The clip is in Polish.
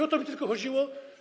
O to mi tylko chodziło.